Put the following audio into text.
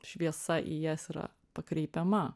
šviesa į jas yra pakreipiama